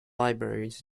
libraries